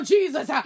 Jesus